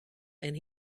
and